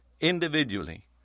individually